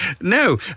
no